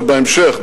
ובהמשך,